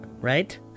right